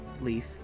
Leaf